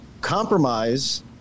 compromise